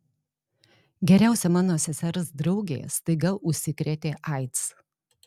geriausia mano sesers draugė staiga užsikrėtė aids